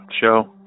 show